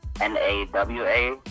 N-A-W-A